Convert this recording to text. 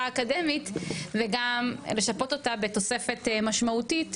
האקדמית וגם לשפות אותה בתוספת משמעותית,